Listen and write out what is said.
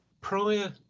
Prior